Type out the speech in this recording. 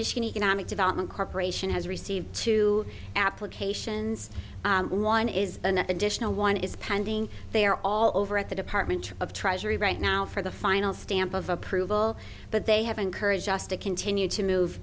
mission economic development corporation has received two applications one is an additional one is pending they are all over at the department of treasury right now for the final stamp of approval but they have encouraged us to continue to move